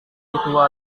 itu